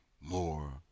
more